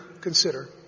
consider